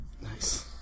Nice